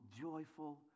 joyful